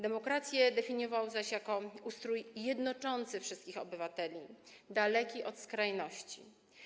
Demokrację definiował zaś jako ustrój jednoczący wszystkich obywateli, daleki od skrajności.